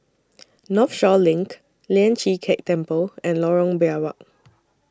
Northshore LINK Lian Chee Kek Temple and Lorong Biawak